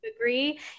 agree